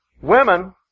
Women